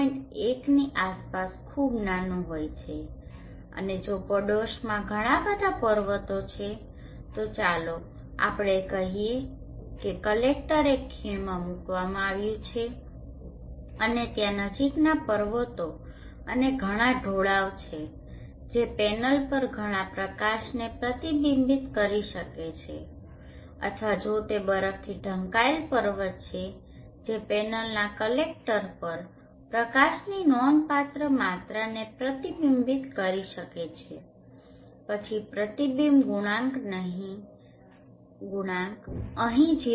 1ની આસપાસ ખૂબ નાનું હોય છે અને જો પડોશમાં ઘણા બધા પર્વતો છે તો ચાલો આપણે કહીએ કે કલેક્ટર એક ખીણમાં મૂકવામાં આવ્યો છે અને ત્યાં નજીકના પર્વતો અને ઘણા ઢોળાવ છે જે પેનલ પર ઘણાં પ્રકાશને પ્રતિબિંબિત કરી શકે છે અથવા જો તે બરફથી ઢંકાયેલ પર્વત છે જે પેનલના કલેકટર પર પ્રકાશની નોંધપાત્ર માત્રાને પ્રતિબિંબિત કરી શકે છે પછી પ્રતિબિંબ ગુણાંક અહીં 0